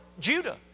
Judah